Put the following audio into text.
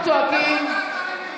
יש 30 יישובים לא מוכרים.